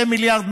2.1 מיליארד,